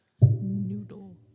Noodle